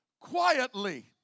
quietly